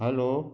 hello